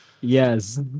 Yes